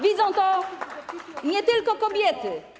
Widzą to nie tylko kobiety.